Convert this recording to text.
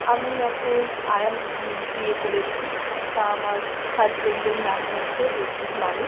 আমি এখন আয়াম বিয়ে করেছি তা আমার হাসবেন্ডের নাম হচ্ছে দেবজিৎ মানিক